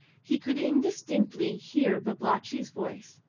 he could indistinctly hear babalatchi's voice,